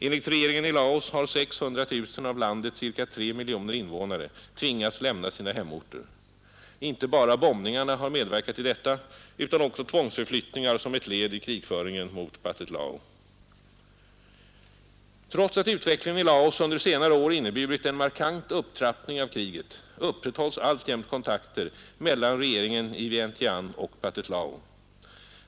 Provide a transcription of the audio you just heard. Enligt regeringen i Laos har 600 000 av landets ca 3 miljoner invånare tvingats lämna sina hemorter. Inte bara bombningarna har medverkat till detta utan även tvångsförflyttningar som ett led i krigföringen mot Pathet Lao. Trots att utvecklingen i Laos under senare år inneburit en markant upptrappning av kriget upprätthålls alltjämt kontakter mellan regeringen i Vientiane och Pathet Lao.